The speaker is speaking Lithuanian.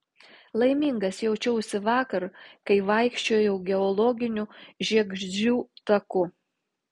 laimingas jaučiausi vakar kai vaikščiojau geologiniu žiegždrių taku